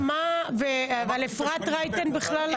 אפרת רייטן...